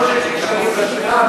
לא שיש לי קשיים בשמיעה,